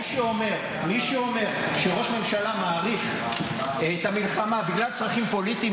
מי שאומר שראש ממשלה מאריך את המלחמה בגלל צרכים פוליטיים,